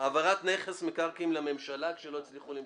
העברת נכס מקרקעין לממשלה כשלא הצליחו למוכרו.